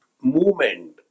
Movement